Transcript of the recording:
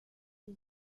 the